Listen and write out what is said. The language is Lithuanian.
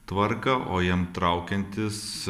tvarką o jiem traukiantis